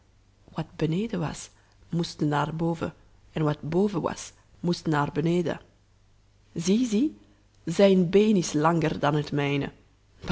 wat beneden was moest naar boven en wat boven was moest naar beneden zie zie zijn been is langer dan het mijne